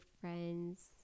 friends